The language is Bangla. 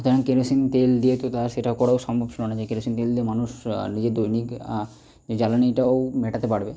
সুতরাং কেরোসিন তেল দিয়ে এটা সেটা করাও সম্ভব ছিল না এই কেরোসিন তেল তো মানুষ নিজের দৈনিক যে জ্বালানিটাও মেটাতে পারবে